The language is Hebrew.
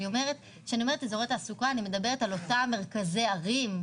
כשאני אומרת אזורי תעסוקה אני מדברת על אותם מרכזי ערים.